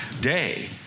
day